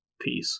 Peace